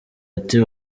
ati